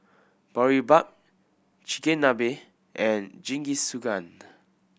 Boribap Chigenabe and Jingisukan